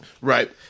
Right